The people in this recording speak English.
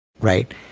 right